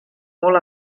molt